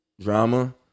drama